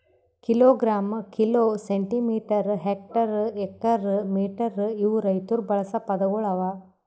kilogram, kilo, centimetre, hectare, acre, metre ಇವು ರೈತುರ್ ಬಳಸ ಪದಗೊಳ್ ಅವಾ